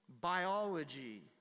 biology